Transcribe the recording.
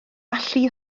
allu